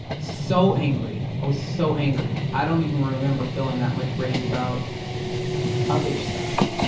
so angry, i was so angry. i don't even remember feeling that much rage about other stuff.